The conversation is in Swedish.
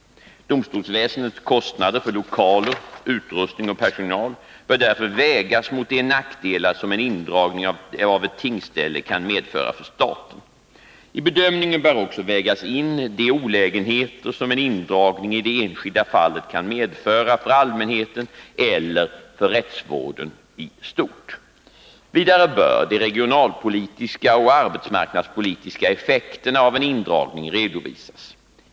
Domstolsväsendets kostnader för lokaler, utrustning och personal bör därför vägas mot de nackdelar som en indragning av ett tingsställe kan medföra för staten. I bedömningen bör också vägas in de olägenheter som en indragning i det enskilda fallet kan medföra för allmänheten eller för rättsvården i stort. Vidare bör de regionalpolitiska och arbetsmarknadspolitiska effekterna av en indragning redovisas.